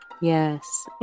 Yes